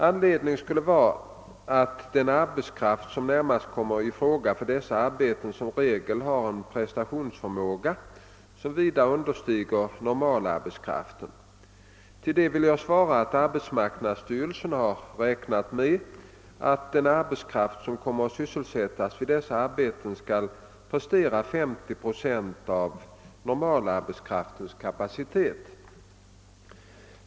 Anledningen skulle vara att den arbetskraft som närmast kommer i fråga för dessa arbeten som regel har en prestationsförmåga som vida understiger normalarbetskraftens. Till detta vill jag svara att arbetsmarknadsstyrelsen har räknat med att den arbetskraft som kom mer att sysselsättas vid dessa arbeten skall prestera 50 procent av normalarbetskraftens kapacitet.